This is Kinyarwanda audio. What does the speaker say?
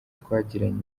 twagiranye